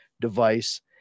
device